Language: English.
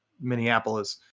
minneapolis